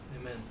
Amen